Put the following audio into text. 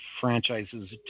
franchises